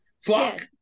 Fuck